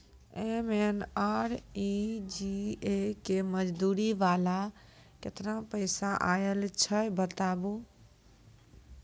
MNREGA के मज़दूरी वाला केतना पैसा आयल छै बताबू?